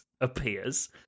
appears